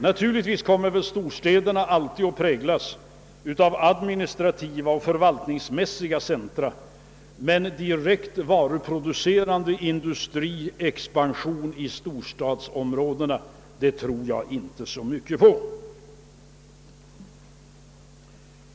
Naturligtvis kommer storstäderna alltid att präglas av administrativa och förvaltningsmässiga centra, men direkt varuproducerande industriexpansion i storstadsområdena tror jag inte så mycket på.